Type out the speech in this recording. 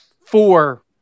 four –